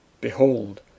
Behold